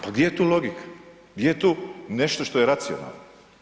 Pa gdje je tu logika, gdje je tu nešto što je racionalno?